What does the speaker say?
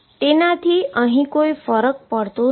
તેનાથી અહી કોઈ ફરક પડતો નથી